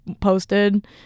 posted